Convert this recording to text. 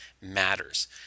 matters